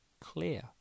clear